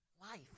life